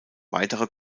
weitere